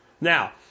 Now